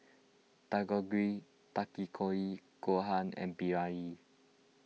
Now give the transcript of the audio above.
Dangojiru Takikomi Gohan and Biryani